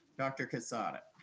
dr. cassata.